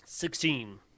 Sixteen